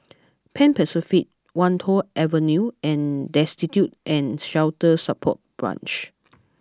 Pan Pacific Wan Tho Avenue and Destitute and Shelter Support Branch